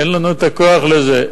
אין לנו הכוח לזה.